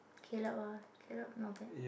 Caleb ah Caleb not bad